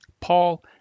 Paul